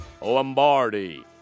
Lombardi